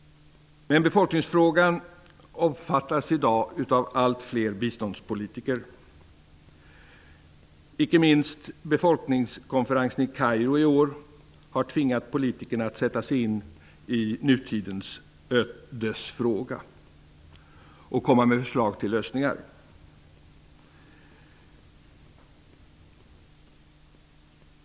Allt fler biståndspolitiker är i dag medvetna om befolkningsfrågans betydelse. Inte minst har befolkningskonferensen i Kairo i år tvingat politikerna att sätta sig in i nutidens ödesfråga och komma med förslag till lösningar.